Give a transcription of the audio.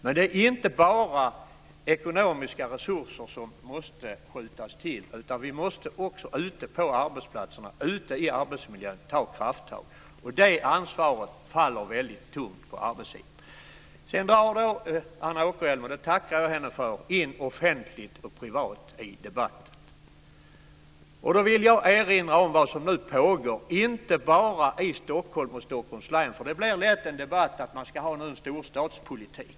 Men det är inte bara ekonomiska resurser som måste skjutas till. Vi måste också ta krafttag ute på arbetsplatserna, i arbetsmiljön. Det ansvaret faller väldigt tungt på arbetsgivaren. Sedan drar Anna Åkerhielm in offentligt och privat i debatten, och det tackar jag henne för. Då vill jag erinra om vad som nu pågår inte bara i Stockholm och i Stockholms län - det blir lätt en debatt som handlar om att man ska ha en storstadspolitik.